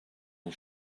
his